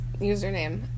username